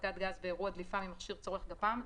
הספקת גז באירוע דליפה ממכשיר צורך גפ"מ,